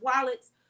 wallets